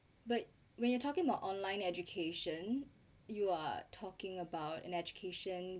but when you're talking about online education you are talking about in education